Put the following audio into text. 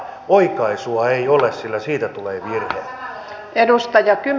oikaisua ei ole sillä siitä tulee virhe